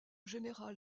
général